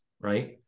right